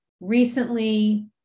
recently